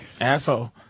Asshole